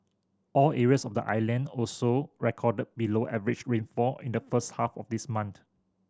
all areas of the island also recorded below average rainfall in the first half of this month